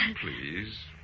Please